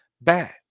bad